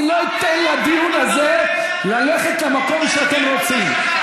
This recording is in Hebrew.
אני לא אתן לדיון הזה ללכת למקום שאתם רוצים.